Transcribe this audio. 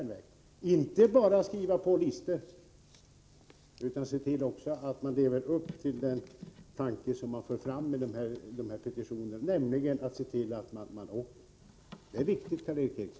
Man skall inte bara skriva på listor, utan man skall också se till att man lever upp till det man för fram i petitionerna och se till att man åker tåg. Det är viktigt, Karl Erik Eriksson.